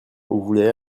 voulait